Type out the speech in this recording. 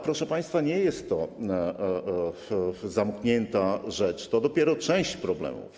Proszę państwa, nie jest to jednak zamknięta rzecz, to dopiero część problemów.